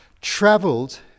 traveled